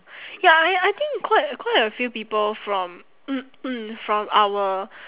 ya I I think quite quite a few people from from our